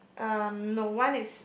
um no one is